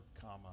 comma